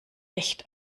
echt